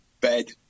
bed